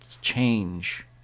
change